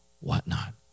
whatnot